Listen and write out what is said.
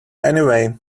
anyway